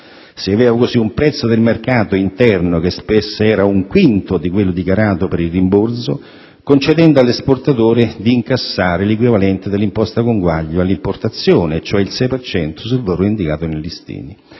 Si aveva, così, un prezzo del mercato interno che spesso era un quinto di quello dichiarato per il rimborso, concedendo all'esportatore di incassare l'equivalente dell'imposta conguaglio all'importazione, cioè il 6 per cento sul valore indicato nei listini.